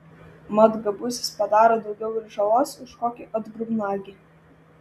mat gabusis padaro daugiau ir žalos už kokį atgrubnagį